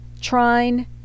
trine